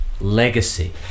legacy